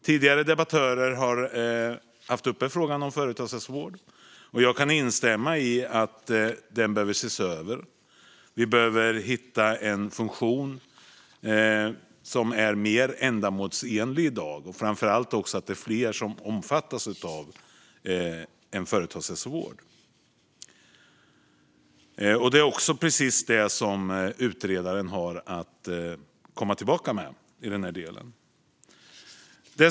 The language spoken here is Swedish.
Tidigare debattörer har tagit upp frågan om företagshälsovård, och jag kan instämma i att detta behöver ses över. Vi behöver hitta en funktion som är mer ändamålsenlig i dag och framför allt att fler omfattas av företagshälsovård. I denna del ska utredaren komma tillbaka med förslag.